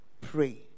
pray